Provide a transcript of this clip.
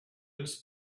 this